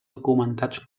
documentats